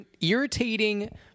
irritating